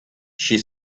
she